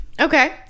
okay